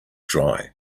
dry